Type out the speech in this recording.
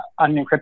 unencrypted